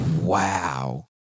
wow